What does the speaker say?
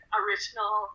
original